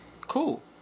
Cool